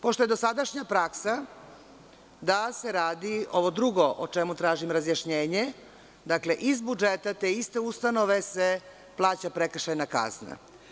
Pošto je dosadašnja praksa da se radi ovo drugo, o čemu tražim razjašnjenje, dakle, iz budžeta te iste ustanove se plaća prekršajna kazna.